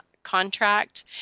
contract